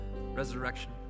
resurrection